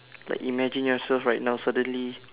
like imagine yourself right now suddenly